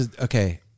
Okay